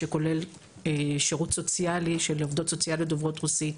שכולל שירות סוציאלי של עובדות סוציאליות דוברות רוסית,